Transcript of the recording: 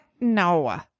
No